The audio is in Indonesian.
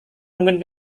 mungkin